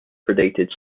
predated